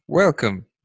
Welcome